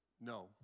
No